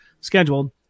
scheduled